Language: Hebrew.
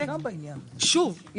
שוב,